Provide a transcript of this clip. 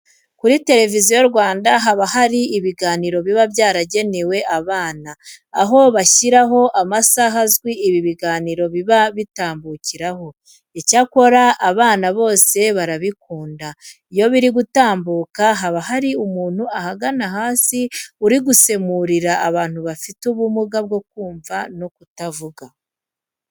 Kuri Televiziyo Rwanda haba hari ibiganiro biba byaragenewe abana, aho bashyiraho amasaha azwi ibi biganiro biba bitambukiraho. Icyakora abana bose barabikunda. Iyo biri gutambuka haba hari umuntu ahagana hasi uri gusemurira abantu bafite ubumuga bwo kumva no kuvuga.